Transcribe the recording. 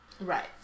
Right